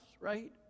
right